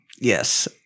Yes